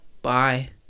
Bye